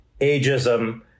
ageism